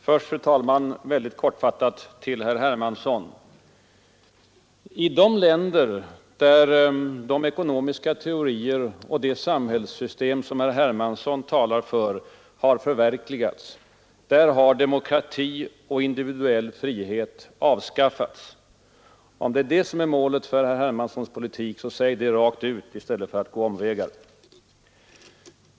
Fru talman! Först helt kortfattat till herr Hermansson! I de länder där de ekonomiska teorier och det samhällssystem som herr Hermansson talar för är förverkligade har demokrati och individuell frihet avskaffats. Om det är det som är målet för herr Hermanssons politik, så säg det rakt ut i stället för att gå omvägar.